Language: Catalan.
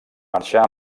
marxà